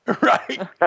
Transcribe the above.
right